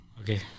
Okay